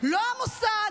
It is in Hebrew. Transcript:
לא המוסד,